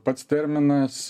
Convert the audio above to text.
pats terminas